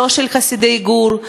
לא של חסידי גור,